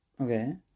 okay